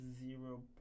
zero